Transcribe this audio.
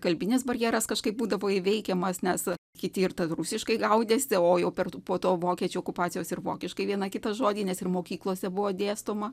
kalbinis barjeras kažkaip būdavo įveikiamas nes kiti ir ten rusiškai gaudėsi o jau po to vokiečių okupacijos ir vokiškai vieną kitą žodį nes ir mokyklose buvo dėstoma